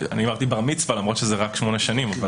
אני אמרתי לבר מצווה, למרות שזה רק שמונה שנים.